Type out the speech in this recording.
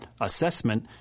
assessment